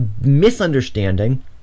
misunderstanding